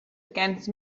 against